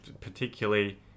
particularly